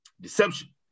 deception